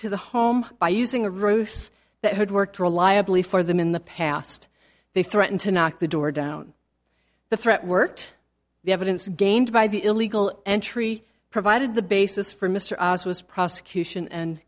to the home by using the roofs that had worked reliably for them in the past they threatened to knock the door down the threat worked the evidence gained by the illegal entry provided the basis for mr was prosecution and